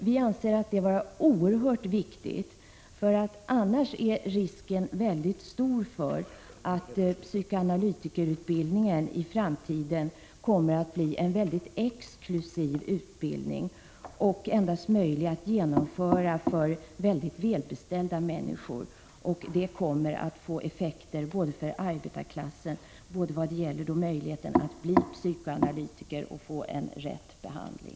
Vi anser detta vara oerhört viktigt, eftersom risken annars är mycket stor att psykoanalytikerutbildningen i framtiden blir en mycket exklusiv utbildning, möjlig att genomföra endast för välbeställda människor. I så fall skulle arbetarklassen komma att drabbas, både vad gäller möjligheterna att bli psykoanalytiker och vad gäller tillgången till god psykoanalytisk behandling.